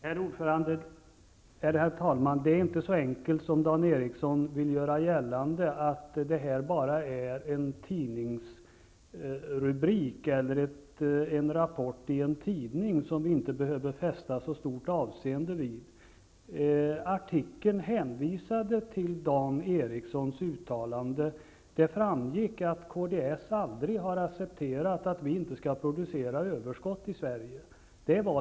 Herr talman! Det är inte så enkelt som Dan Ericsson vill göra gällande, att det bara gäller en tidningsrubrik, en rapport i en tidning som vi inte behöver fästa så stort avseende vid. I artikeln hänvisas till Dan Ericssons uttalande. Där framgick att kds aldrig har accepterat att vi inte skall producera överskott i Sverige.